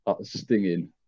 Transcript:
stinging